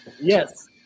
Yes